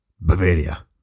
Bavaria